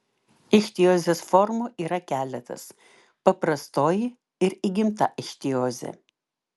ichtiozės formų yra keletas paprastoji ir įgimta ichtiozė